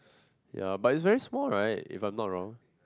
ya but it's very small right if I'm not wrong